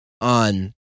on